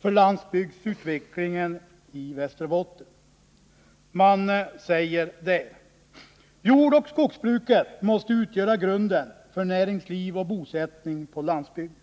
för landsbygdsutvecklingen i Västerbotten. Man säger där: Jordoch skogsbruket måste utgöra grunden för näringsliv och bosättning på landsbygden.